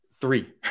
Three